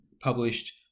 published